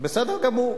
בסדר גמור.